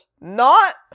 Not-